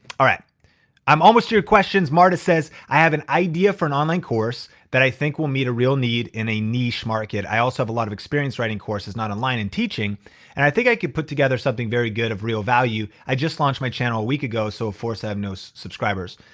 i'm almost to your questions. marta says, i have an idea for an online course that i think will meet a real need in a niche market. i also have a lot of experience writing courses, not online, and teaching and i think i could put together something very good of real value. i just launched my channel a week ago, so of course i have no so subscribers.